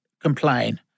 complain